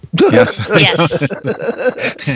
Yes